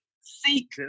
Seek